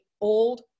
old